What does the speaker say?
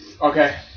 Okay